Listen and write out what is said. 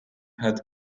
had